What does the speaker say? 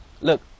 Look